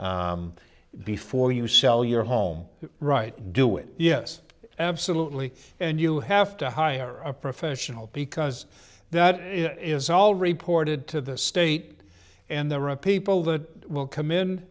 it before you sell your home right do it yes absolutely and you have to hire a professional because that is all reported to the state and there are people that will come in